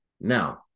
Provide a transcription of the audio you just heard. Now